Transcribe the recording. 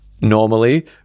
normally